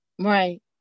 Right